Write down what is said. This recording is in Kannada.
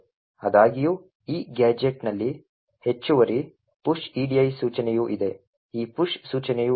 ಆದಾಗ್ಯೂ ಈ ಗ್ಯಾಜೆಟ್ನಲ್ಲಿ ಹೆಚ್ಚುವರಿ ಪುಶ್ edi ಸೂಚನೆಯೂ ಇದೆ ಈ ಪುಶ್ ಸೂಚನೆಯು ಇದೆಯೇ